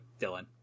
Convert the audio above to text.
Dylan